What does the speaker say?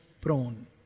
prone